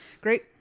great